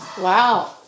Wow